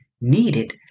needed